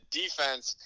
defense